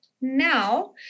Now